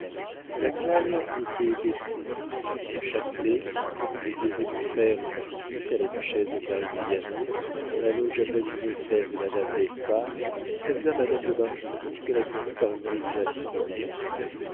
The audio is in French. la toile était baissée châtelet qui était venu faire une visite à la duchesse de carigliano dont la loge avoisinait celle de madame d'espard y salua madame de bargeton qui répondit par une inclination de tête